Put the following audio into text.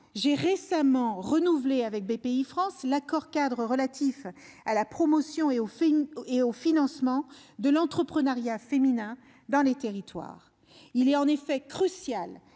j'ai récemment renouvelé avec Bpifrance l'accord-cadre relatif à la promotion et au financement de l'entrepreneuriat féminin dans les territoires. En effet, il est crucial